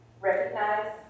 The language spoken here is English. Recognize